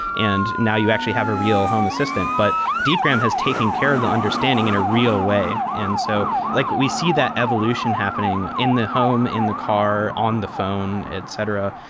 and now you actually have a real home assistant. but deepgram has taken care of the understanding in a real way. so like we see that evolution happening in the home, in the car, on the phone, etc.